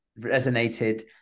resonated